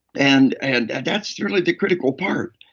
and and and that's really the critical part.